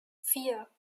vier